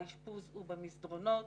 האשפוז הוא במסדרונות,